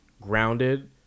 grounded